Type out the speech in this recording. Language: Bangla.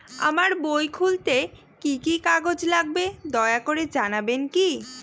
আমার বই খুলতে কি কি কাগজ লাগবে দয়া করে জানাবেন কি?